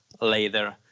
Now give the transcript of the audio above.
later